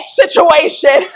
situation